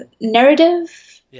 narrative